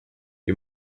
you